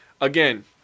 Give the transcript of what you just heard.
Again